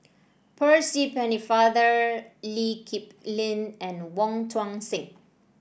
Percy Pennefather Lee Kip Lin and Wong Tuang Seng